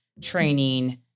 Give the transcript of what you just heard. training